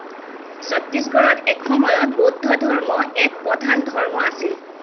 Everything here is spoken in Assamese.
ছত্তীছগঢ়ত এসময়ত বৌদ্ধ ধৰ্ম এক প্ৰধান ধৰ্ম আছিল